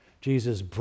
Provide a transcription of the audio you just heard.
Jesus